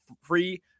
free